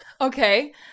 Okay